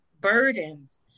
burdens